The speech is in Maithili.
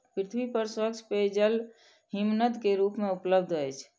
पृथ्वी पर स्वच्छ पेयजल हिमनद के रूप में उपलब्ध अछि